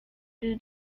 due